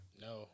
No